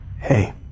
Hey